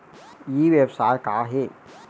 ई व्यवसाय का हे?